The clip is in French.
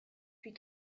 puis